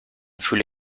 fühle